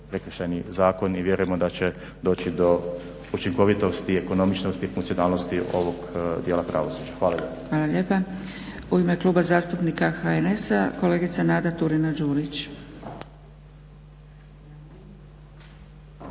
Prekršajni zakon i vjerujemo da će doći do učinkovitosti, ekonomičnosti i funkcionalnosti ovog dijela pravosuđa. Hvala lijepa.